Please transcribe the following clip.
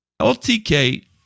LTK